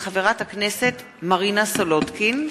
מאת חברת הכנסת מרינה סולודקין,